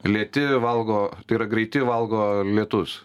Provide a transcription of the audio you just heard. lėti valgo tai yra greiti valgo lėtus